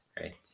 right